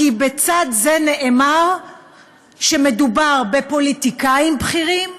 כי בצד זה נאמר שמדובר בפוליטיקאים בכירים,